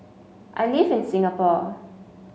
I live in Singapore